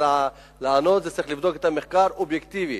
צריך לבדוק את המחקר, האובייקטיבי,